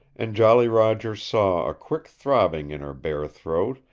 and jolly roger saw a quick throbbing in her bare throat,